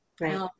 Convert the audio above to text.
right